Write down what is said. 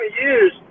years